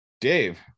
Dave